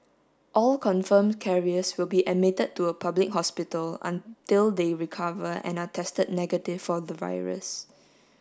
all confirmed carriers will be admitted to a public hospital until they recover and are tested negative for the virus